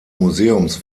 museums